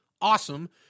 awesome